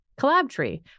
Collabtree